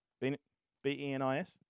B-E-N-I-S